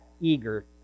eager